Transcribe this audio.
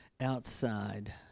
outside